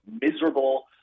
miserable